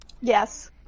Yes